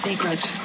Secret